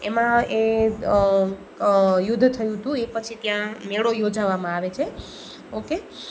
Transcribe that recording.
એમાં એ યુદ્ધ થયું હતું એ પછી ત્યાં મેળો યોજાવામાં આવે છે ઓકે